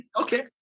Okay